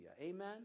Amen